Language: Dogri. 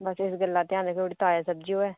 तुस एक गल्ला दा घ्यान रक्खेओ ताजा सब्जी होऐ